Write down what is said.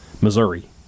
Missouri